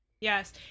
yes